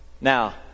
Now